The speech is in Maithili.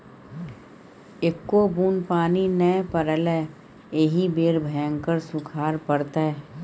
एक्को बुन्न पानि नै पड़लै एहि बेर भयंकर सूखाड़ पड़तै